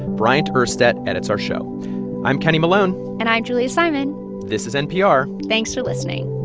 bryant urstadt edits our show i'm kenny malone and i'm julia simon this is npr thanks for listening